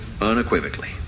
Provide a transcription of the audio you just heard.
unequivocally